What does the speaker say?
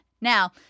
Now